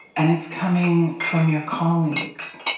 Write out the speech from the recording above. and it's coming from your colleagues,